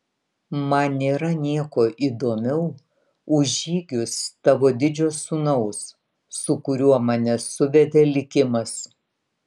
man nėra nieko įdomiau už žygius tavo didžio sūnaus su kuriuo mane suvedė likimas